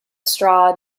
straw